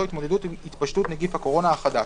התמודדות עם התפשטות נגיף הקורונה החדש.